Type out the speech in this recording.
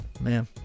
man